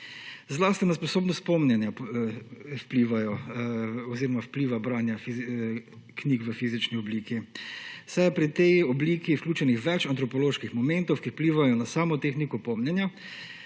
Zlasti na sposobnost pomnjenja vplivajo oziroma vpliva branje knjig v fizični obliki, saj je pri tej obliki vključenih več antropoloških momentov, ki vplivajo na samo tehniko pomnjenja.